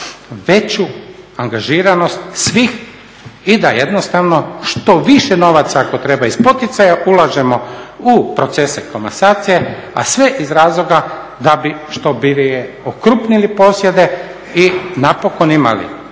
veću angažiranost svih i da jednostavno što više novaca ako treba iz poticaja ulažemo u procese komasacije, a sve iz razloga da bi što prije okrupnili posjete i napokon imali